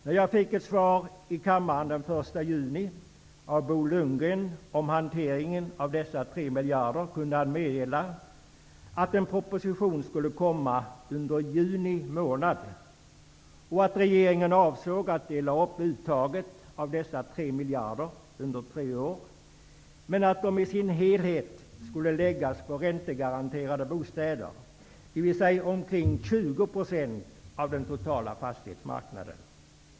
När jag den 1 juni i kammaren fick ett svar av Bo Lundgren om hanteringen av dessa 3 miljarder, kunde han meddela att en proposition skulle komma under juni månad och att regeringen avsåg att dela upp uttaget av dessa 3 miljarder under tre år. Men de skulle i sin helhet läggas på räntegaranterade bostäder, dvs. omkring 20 % av den totala fastighetsmarknaden.